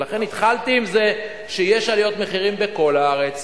ולכן התחלתי עם זה שיש עליות מחירים בכל הארץ,